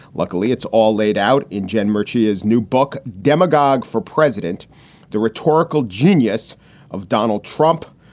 luckily, it's all laid out in gen machias new book, demagogue for president the rhetorical genius of donald trump,